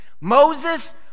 Moses